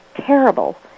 terrible